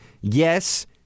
Yes